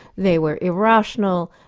they were irrational,